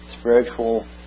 spiritual